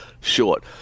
Short